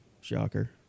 Shocker